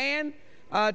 and